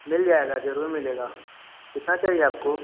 मिल जाएगा जरूर मिलेगा कितना चाहिए आपको